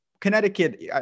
Connecticut